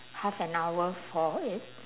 half an hour for it